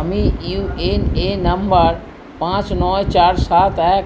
আমি U A N number পাঁচ নয় চার সাত এক